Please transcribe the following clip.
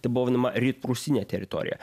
tai buvo vadinama rytprūsinė teritorija